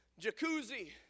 Jacuzzi